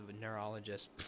Neurologist